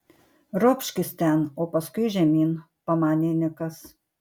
ropškis ten o paskui žemyn pamanė nikas